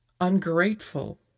ungrateful